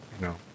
No